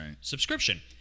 Subscription